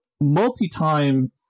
multi-time